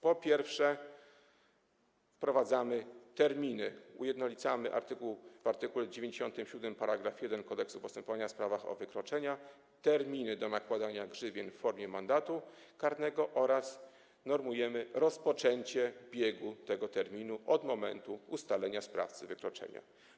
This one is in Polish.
Po pierwsze, wprowadzamy terminy, ujednolicamy w art. 97 § 1 Kodeksu postępowania w sprawach o wykroczenia terminy na nakładanie grzywien w formie mandatu karnego oraz normujemy rozpoczęcie biegu tego terminu od momentu ustalenia sprawcy wykroczenia.